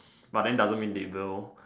but doesn't mean they will